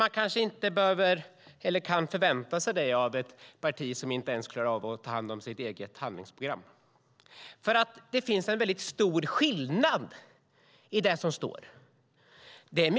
Men man kanske inte kan förvänta sig det av ett parti som inte ens klarar av att ta hand om sitt eget handlingsprogram. Det finns en stor skillnad mot det som står i texten.